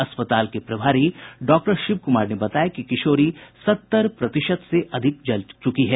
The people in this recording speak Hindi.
अस्पताल के प्रभारी डॉक्टर शिव कुमार ने बताया कि किशोरी सत्तर प्रतिशत से अधिक जल गयी है